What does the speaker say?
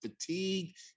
fatigued